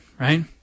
right